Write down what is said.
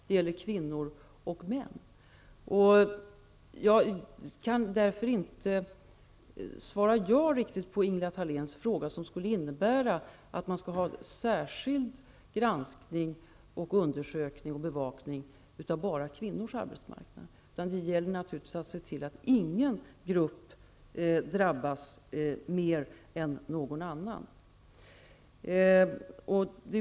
Det gäller alltså både kvinnor och män, varför jag inte kan svara ja på Ingela Thaléns fråga. Det skulle innebära att särskild granskning, undersökning och bevakning skulle ske av enbart kvinnors arbetsmarknad. Det gäller naturligtvis att se till att ingen grupp drabbas mer än någon annan.